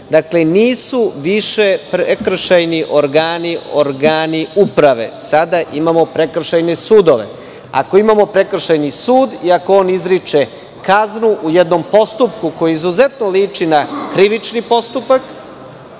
Dakle, nisu više prekršajni organi organi uprave, sada imamo prekršajne sudove. Ako imamo prekršajni sud i ako on izriče kaznu u jednom postupku koji izuzetno liči na krivični postupak,